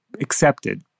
accepted